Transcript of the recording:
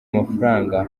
amafaranga